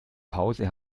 pause